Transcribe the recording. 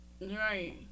Right